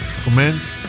comment